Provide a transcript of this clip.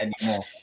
anymore